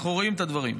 אנחנו רואים את הדברים.